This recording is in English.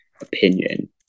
opinion